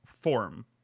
form